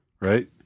right